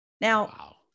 Now-